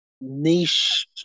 niche